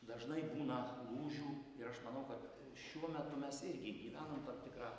dažnai būna lūžių ir aš manau kad šiuo metu mes irgi gyvenam tam tikrą